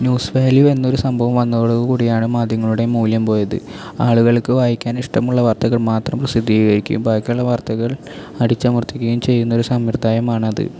news value എന്നൊരു സംഭവം വന്നതോടുകൂടിയാണ് മാധ്യമങ്ങളുടെ മൂല്യം പോയത് ആളുകൾക്ക് വായിക്കാൻ ഇഷ്ടമുള്ള വാർത്തകൾ മാത്രം പ്രസിദ്ധീകരിക്കുകയും ബാക്കിയുള്ള വാർത്തകൾ അടിച്ചമർത്തുകയും ചെയ്യുന്ന ഒരു സമ്പ്രദായമാണ് അത്